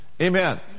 Amen